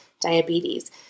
diabetes